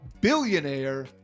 billionaire